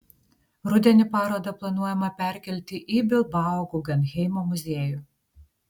rudenį parodą planuojama perkelti į bilbao guggenheimo muziejų